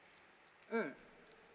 mm